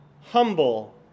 humble